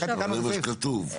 אבל זה מה שכתוב.